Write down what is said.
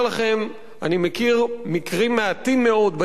אני מכיר מקרים מעטים מאוד בהיסטוריה העולמית